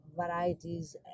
varieties